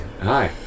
Hi